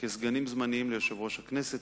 כסגנים זמניים ליושב-ראש הכנסת.